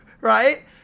right